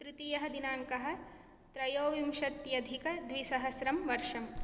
तृतीयः दिनाङ्कः त्रयोविंशत्यधिकद्विसहस्रं वर्षम्